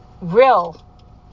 real